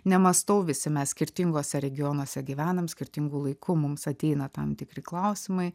nemąstau visi mes skirtinguose regionuose gyvenam skirtingu laiku mums ateina tam tikri klausimai